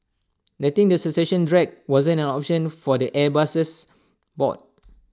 letting the succession drag wasn't an option for the Airbus's board